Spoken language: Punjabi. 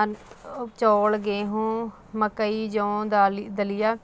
ਅੰਨ ਚੌਲ ਗੇਹੂੰ ਮਕਈ ਜੋਂ ਦਾਲੀ ਦਲੀਆ